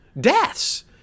Deaths